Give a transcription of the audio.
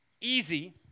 easy